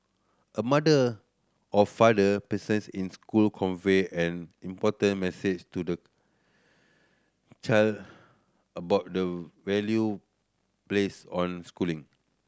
a mother or father presence in school convey an important message to the child about the value placed on schooling